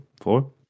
four